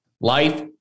Life